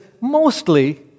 mostly